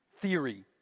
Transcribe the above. theory